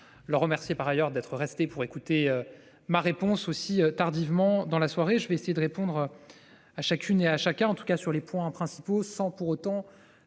le remercier par ailleurs d'être resté pour écouter. Ma réponse aussi tardivement dans la soirée. Je vais essayer de répondre à chacune et à chacun en tout cas sur les points principaux sans pour autant